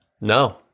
No